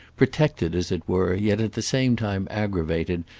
protected, as it were, yet at the same time aggravated,